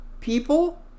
people